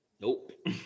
Nope